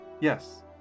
Yes